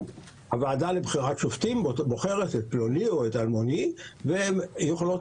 הוועדה לבחירת שופטים בוחרת את פלוני או אלמוני ויכולות